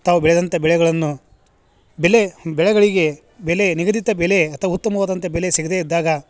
ತಾವು ಬೆಳೆದಂಥ ಬೆಳೆಗಳನ್ನು ಬೆಲೆ ಬೆಳೆಗಳಿಗೆ ಬೆಲೆ ನಿಗದಿತ ಬೆಲೆ ಅದವ ಉತ್ತಮವಾದಂತಹ ಬೆಲೆ ಸಿಗ್ದೆ ಇದ್ದಾಗ